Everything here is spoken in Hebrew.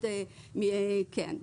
כן.